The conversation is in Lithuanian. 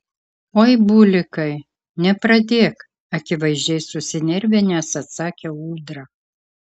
oi bulikai nepradėk akivaizdžiai susinervinęs atsakė ūdra